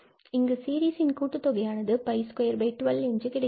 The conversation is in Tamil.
இங்கு சீரிஸின் கூட்டு தொகையானது 𝜋212 என்று கிடைக்கிறது